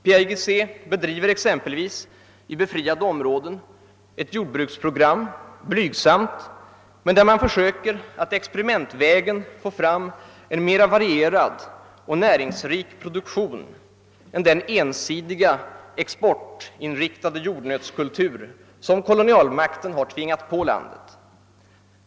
PAIGC bedriver exempelvis i befriade områden ett blygsamt jordbruksprogram, där man försöker att experimentvägen få fram en mera varierad och näringsrik produktion än den ensidiga exportinriktade jordnötskultur som kolonialmakten tvingat på landet.